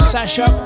Sasha